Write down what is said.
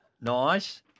Nice